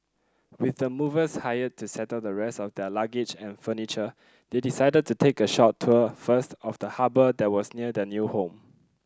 with the movers hired to settle the rest of their luggage and furniture they decided to take a short tour first of the harbour that was near their new home